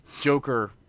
Joker